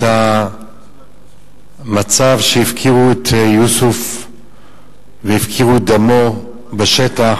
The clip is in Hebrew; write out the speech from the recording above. את המצב שהפקירו את יוסף והפקירו את דמו בשטח,